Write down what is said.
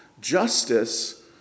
justice